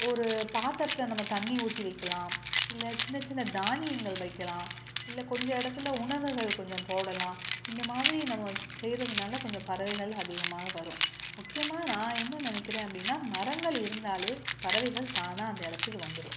ஒரு பாத்திரத்துல நம்ம தண்ணி ஊற்றி வைக்கலாம் இல்லை சின்ன சின்ன தானியங்கள் வைக்கலாம் இல்லை கொஞ்சம் இடத்துல உணவுகள் கொஞ்சம் போடலாம் இந்தமாதிரி நம்ம செய்கிறதுனால கொஞ்சம் பறவைகள் அதிகமாக வரும் முக்கியமாக நான் என்ன நினைக்கிறேன் அப்படின்னா மரங்கள் இருந்தாலே பறவைகள் தானாக அந்த இடத்துக்கு வந்துடும்